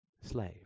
slave